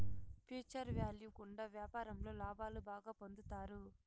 future value గుండా వ్యాపారంలో లాభాలు బాగా పొందుతారు